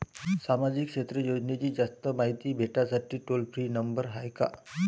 सामाजिक क्षेत्र योजनेची जास्त मायती भेटासाठी टोल फ्री नंबर हाय का?